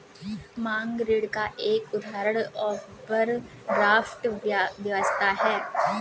मांग ऋण का एक उदाहरण ओवरड्राफ्ट व्यवस्था है